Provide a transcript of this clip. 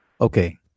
Okay